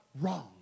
wrong